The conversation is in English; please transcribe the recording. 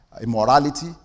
immorality